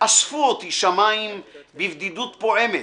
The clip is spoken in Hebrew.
אספו אותי שמיים בבדידות פועמת,